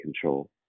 control